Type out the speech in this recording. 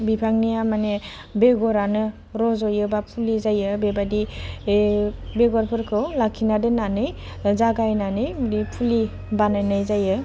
बिफांनिया माने बेग'रानो रज'यो बा फुलि जायो बेबायदि बे बेगरफोरखौ लाखिना दोन्नानै जागायनानै बिदि फुलि बानायनाय जायो